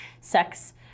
sex